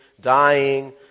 dying